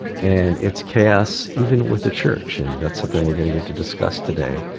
and it's chaos even with the church and that's something we're gonna get to discuss today.